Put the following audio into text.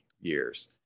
years